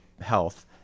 health